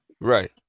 Right